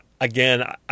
Again